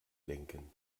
denken